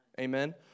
amen